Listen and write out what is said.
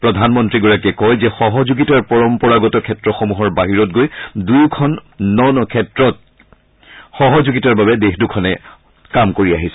প্ৰধানমন্ৰীগৰাকীয়ে কয় যে সহযোগিতাৰ পৰম্পৰাগত ক্ষেত্ৰসমূহৰ বাহিৰত গৈ দুয়োখন দেশে ন ন ক্ষেত্ৰত সহযোগিতাৰ বাবে সন্মতি প্ৰকাশ কৰিছে